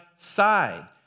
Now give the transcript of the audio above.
side